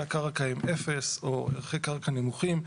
הקרקע אם אפס או ערכי קרקע נמוכים,